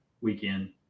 weekend